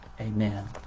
Amen